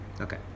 Okay